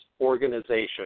organization